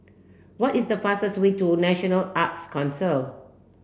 what is the fastest way to National Arts Council